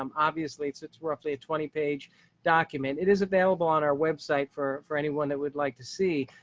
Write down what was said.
um obviously it's it's roughly a twenty page document. it is available on our website for for anyone that would like to see,